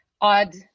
odd